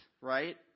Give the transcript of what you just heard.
right